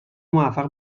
موفق